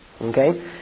Okay